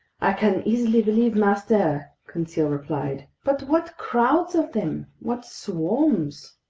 i can easily believe master, conseil replied. but what crowds of them! what swarms!